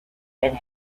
and